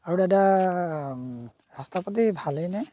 আৰু দাদা ৰাস্তা পাতি ভালেই নে